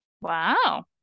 Wow